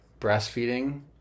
breastfeeding